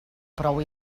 prou